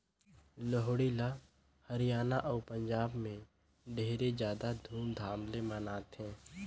लोहड़ी ल हरियाना अउ पंजाब में ढेरे जादा धूमधाम ले मनाथें